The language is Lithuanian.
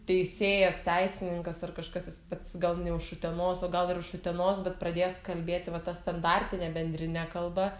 teisėjas teisininkas ar kažkas jis pats gal ne uš utenos o gal ir iš utenos bet pradės kalbėti va ta standartine bendrine kalba